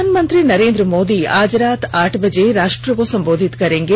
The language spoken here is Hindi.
प्रधानमंत्री नरेन्द्र मोदी आज रात आठ बजे राष्ट्र को संबोधित करेंगे